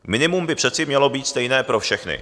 Minimum by přece mělo být stejné pro všechny.